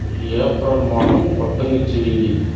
April மாதம் ஒட்டகச்சிவிங்கி